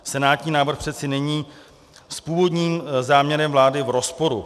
Senátní návrh přeci není s původním záměrem vlády v rozporu.